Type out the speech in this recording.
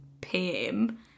PM